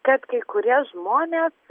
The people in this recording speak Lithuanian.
kad kai kurie žmonės